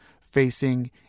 facing